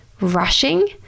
Rushing